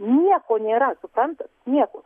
nieko nėra suprantat nieko